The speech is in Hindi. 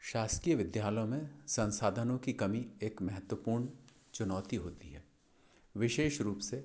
शासकीय विद्यालयों में संसाधनों की कमी एक महत्वपूर्ण चुनौती होती है विशेष रूप से